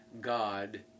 God